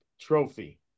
trophy